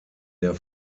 der